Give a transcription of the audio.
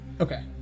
okay